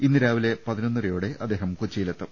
ഇന്നു രാവിലെ പതിനൊന്നരയോടെ അദ്ദേഹം കൊച്ചിയിൽ എത്തും